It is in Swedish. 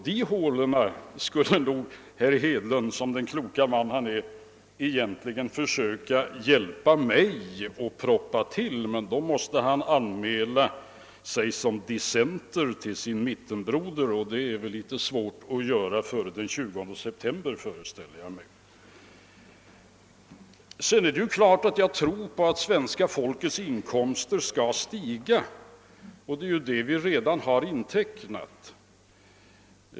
Dessa hål borde herr Hedlund som den kloke man han är egentligen försöka hjälpa mig att proppa igen, men då måste han anmäla sig som dissenter till sin mittenbroder, och jag föreställer mig att det är litet svårt att göra det före den 20 september. Vidare tror jag självfallet på att svenska folkets inkomster skall stiga, och denna tro har vi också redan intecknat.